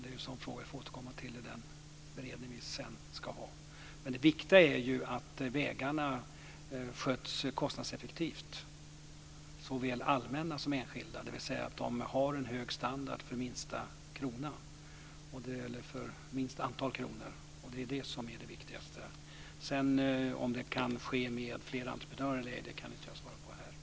Det är en fråga vi får återkomma till i den beredning vi ska ha sedan. Det viktiga är att vägarna sköts kostnadseffektivt, såväl allmänna som enskilda. De ska ha en hög standard för minsta möjliga antal kronor. Det är det viktigaste. Om det kan ske med fler entreprenörer kan jag inte svara på här och nu.